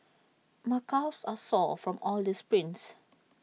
my calves are sore from all the sprints